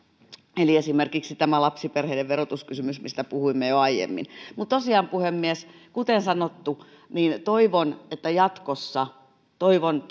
eli esimerkiksi tämä lapsiperheiden verotuskysymys mistä puhuimme jo aiemmin mutta tosiaan puhemies kuten sanottu toivon että jatkossa toivon